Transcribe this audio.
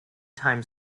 time